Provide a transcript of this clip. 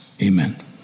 Amen